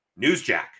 newsjack